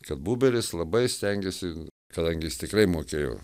kad buberis labai stengėsi kadangi jis tikrai mokėjo